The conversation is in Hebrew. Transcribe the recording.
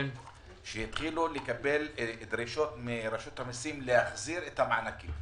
התחילו לקבל דרישות מרשות המיסים להחזיר את המענקים